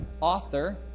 author